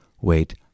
wait